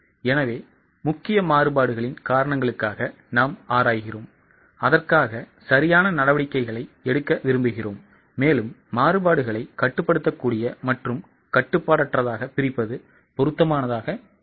எனவே முக்கிய மாறுபாடுகளின் காரணங்களுக்காக நாம் ஆராய்கிறோம் அதற்காக சரியான நடவடிக்கைகளை எடுக்க விரும்புகிறோம் மேலும் மாறுபாடுகளை கட்டுப்படுத்தக்கூடிய மற்றும் கட்டுப்பாடற்றதாக பிரிப்பது பொருத்தமானதாக இருக்கும்